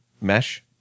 mesh